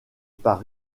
par